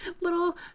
little